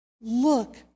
Look